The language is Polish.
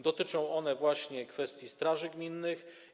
Dotyczą one właśnie kwestii straży gminnych.